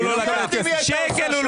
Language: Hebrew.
שקל.